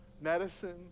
medicine